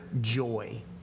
joy